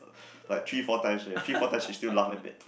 like three four times eh three four times she still laugh at that